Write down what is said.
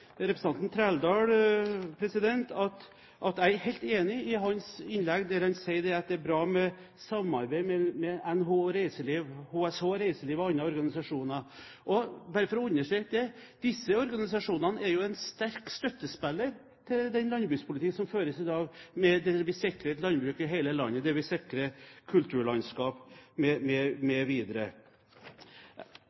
representanten Trældal at jeg er helt enig med ham når han sier at det er bra med samarbeid med NHO Reiseliv, HSH reiseliv og andre organisasjoner. Bare for å understreke det: Disse organisasjonene er en sterk støttespiller til den landbrukspolitikk som føres i dag, det å sikre et landbruk i hele landet, sikre kulturlandskap,